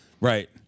Right